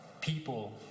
People